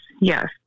Yes